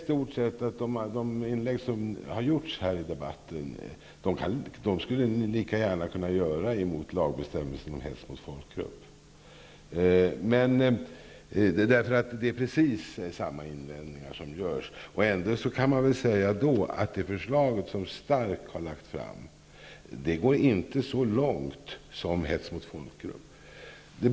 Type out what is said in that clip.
De inlägg som har gjorts här i debatten kunde lika gärna göras mot lagbestämmelsen om hets mot folkgrupp. Ändå kan man väl säga att det förslag som Stark har lagt fram inte går så långt som hets mot folkgrupp.